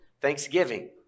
Thanksgiving